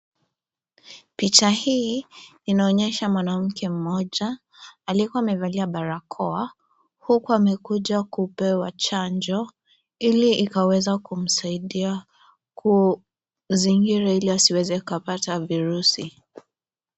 Picha hii inaonyesha mwanamke mmoja, aliyekuwa amevalia barakoa, huku amekuja kupewa chanjo, ili ikaweza kumsaidia kuzingira ili asiweze kupata viruzi.